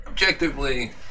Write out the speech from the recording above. Objectively